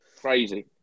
Crazy